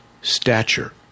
stature